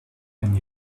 and